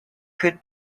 could